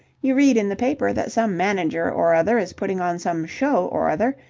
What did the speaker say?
you read in the paper that some manager or other is putting on some show or other,